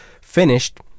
finished